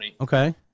Okay